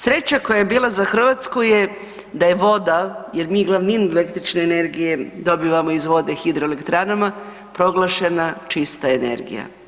Sreća koja je bila za Hrvatsku je da je voda, jer mi glavninu električne energije dobivamo iz vode i hidroelektranama, proglašena čista energija.